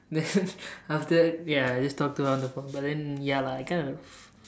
then after ya I just talk to her on the phone but then ya lah I kind of